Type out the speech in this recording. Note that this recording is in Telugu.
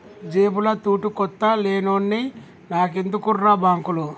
జేబుల తూటుకొత్త లేనోన్ని నాకెందుకుర్రా బాంకులు